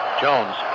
Jones